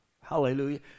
hallelujah